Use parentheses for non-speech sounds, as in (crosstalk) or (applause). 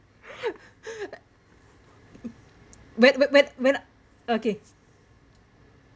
(laughs) when when when when okay